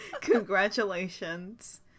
Congratulations